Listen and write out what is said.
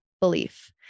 belief